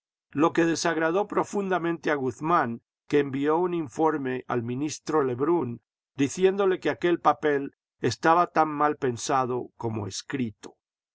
lo que desagradó profundamente a guzmán que envió un informe al ministro lebrún diciéndole que aquel papel estaba tan mal pensado como escrito